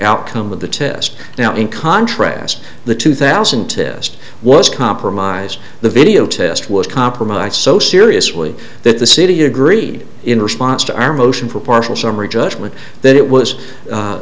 outcome of the test now in contrast the two thousand test was compromised the video test was compromised so seriously that the city agreed in response to our motion for partial summary judgment that it was